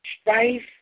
strife